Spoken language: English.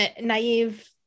naive